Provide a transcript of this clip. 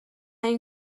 این